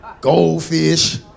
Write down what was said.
goldfish